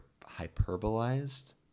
hyperbolized